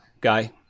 guy